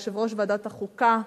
יושב-ראש ועדת החוקה,